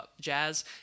jazz